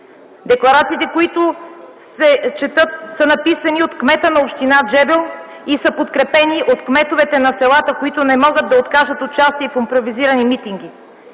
Декларациите, които се четат, са написани от кмета на община Джебел и са подкрепени от кметовете на селата, които не могат да откажат участие в импровизирани митинги.